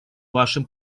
вашим